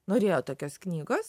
norėjo tokios knygos